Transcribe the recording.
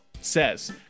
says